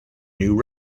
new